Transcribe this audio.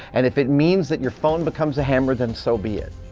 and if it means that your phone becomes a hammer, then so be it.